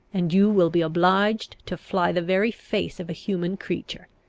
and you will be obliged to fly the very face of a human creature!